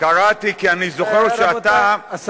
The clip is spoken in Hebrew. כי אני זוכר שאתה, רבותי.